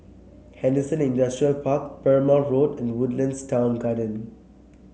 Henderson Industrial Park Perumal Road and Woodlands Town Garden